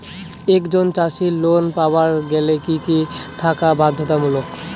একজন চাষীর লোন পাবার গেলে কি কি থাকা বাধ্যতামূলক?